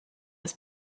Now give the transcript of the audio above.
his